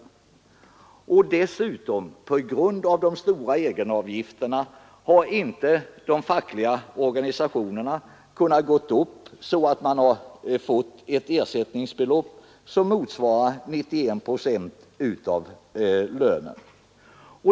Vidare har de fackliga organisationerna på grund av de stora egenavgifterna inte kunnat gå upp till ersättningsbelopp som motsvarar 91 procent av lönen.